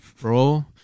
bro